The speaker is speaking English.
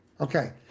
Okay